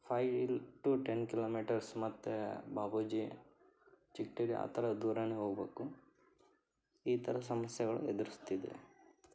file to ten kilometres ಮತ್ತು ಬಾಪೂಜಿ ಚಿಗಟೇರಿ ಆ ಥರ ದೂರವೇ ಹೋಗಬೇಕು ಈ ಥರ ಸಮಸ್ಯೆಗಳು ಎದ್ರುಸ್ತಿದೆ